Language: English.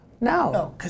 No